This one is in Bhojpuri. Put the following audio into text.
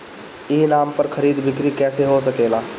ई नाम पर खरीद बिक्री कैसे हो सकेला?